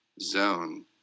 zone